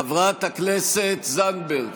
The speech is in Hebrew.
חברת הכנסת זנדברג,